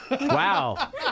Wow